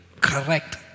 correct